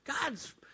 God's